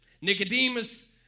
Nicodemus